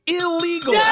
illegal